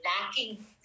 lacking